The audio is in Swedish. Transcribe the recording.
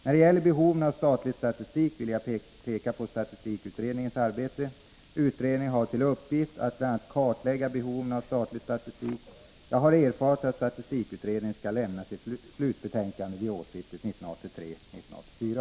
När det gäller behoven av statlig statistik vill jag peka på statistikutredningens arbete. Utredningen har till uppgift att bl.a. kartlägga behoven av statlig statistik. Jag har erfarit att statistikutredningen skall lämna sitt slutbetänkande vid årsskiftet 1983-1984.